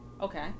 Okay